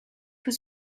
was